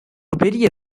பெரிய